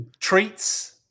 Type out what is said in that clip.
Treats